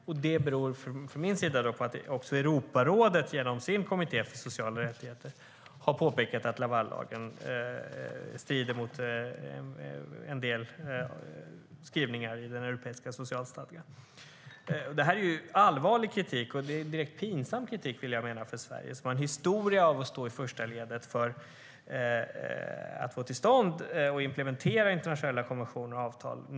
Från min sida beror det på att också Europarådet genom sin kommitté för sociala rättighet har påpekat att Lavallagen strider mot en del skrivningar i den europeiska socialstadgan. Det är allvarlig och direkt pinsam kritik för Sverige som har en historia av att stå i första ledet för att få till stånd och implementera internationella konventioner och avtal.